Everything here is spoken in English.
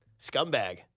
Scumbag